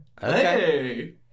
Hey